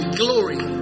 glory